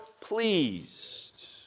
pleased